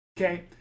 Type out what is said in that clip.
Okay